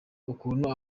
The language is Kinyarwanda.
ukuntu